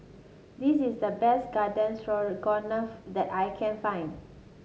this is the best Garden Stroganoff that I can find